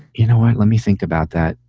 you know, let me think about that.